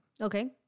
Okay